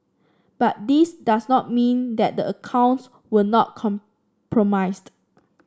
but this does not mean that the accounts were not compromised